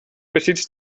besitzt